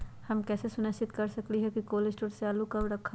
हम कैसे सुनिश्चित कर सकली ह कि कोल शटोर से आलू कब रखब?